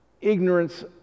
ignorance